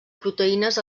proteïnes